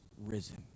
risen